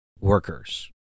workers